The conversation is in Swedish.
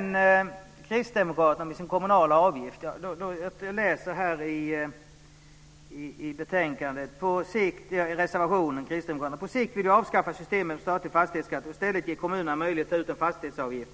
När det gäller Kristdemokraterna och den kommunala avgiften kan man i deras reservation läsa följande: "På sikt vill vi avskaffa systemet med statlig fastighetsskatt och i stället ge kommunerna en möjlighet att ta ut en fastighetsavgift